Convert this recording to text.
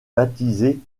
baptisée